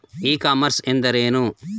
E commerce ಎಂದರೇನು?